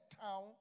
town